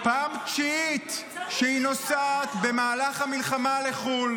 פעם תשיעית שהיא נוסעת במהלך המלחמה לחו"ל,